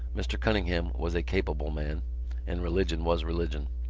mr. cunningham was a capable man and religion was religion.